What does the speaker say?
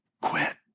quit